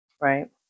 right